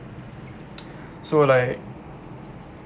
so like